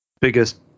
biggest